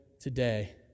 today